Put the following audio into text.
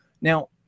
Now-